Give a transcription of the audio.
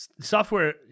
Software